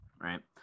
Right